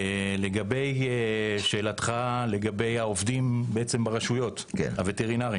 לשאלתך לגבי העובדים ברשויות, הווטרינרים